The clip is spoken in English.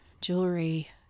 jewelry